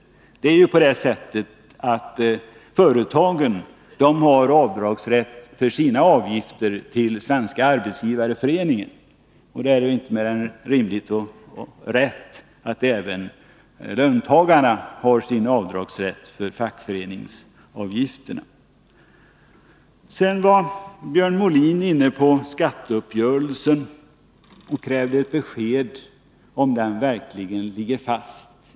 Företagen har ju rätt till avdrag för sina avgifter till Svenska arbetsgivareföreningen, och det är då inte mer än rimligt att löntagarna har rätt till avdrag för sina fackföreningsavgifter. Björn Molin tog upp skatteuppgörelsen och krävde ett besked huruvida den verkligen ligger fast.